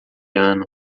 ano